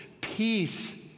peace